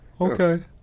okay